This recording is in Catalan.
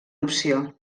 opció